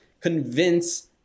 convince